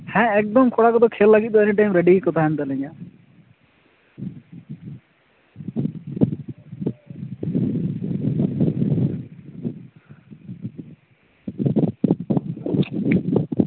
ᱦᱮᱸ ᱚᱮᱠᱫᱚᱢ ᱠᱚᱲᱟ ᱠᱚᱫᱚ ᱠᱷᱮᱞ ᱞᱟᱹᱜᱤᱫ ᱫᱚ ᱮᱱᱤᱴᱟᱭᱤᱢ ᱨᱮᱰᱤ ᱜᱮᱠᱚ ᱛᱟᱦᱮᱱ ᱛᱟᱞᱤᱧᱟ